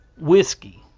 whiskey